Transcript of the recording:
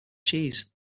cheese